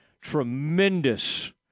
tremendous